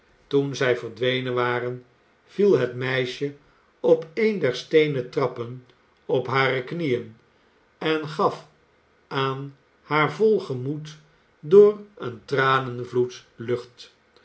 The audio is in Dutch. toen zij verdwenen waren viel het meisje op een der steenen trappen op hare knieën en gaf aan haar vol gemoed door een tranenvloed lucht